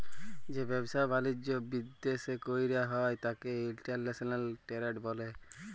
যে ব্যাবসা বালিজ্য বিদ্যাশে কইরা হ্যয় ত্যাকে ইন্টরন্যাশনাল টেরেড ব্যলে